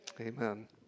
Amen